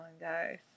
guys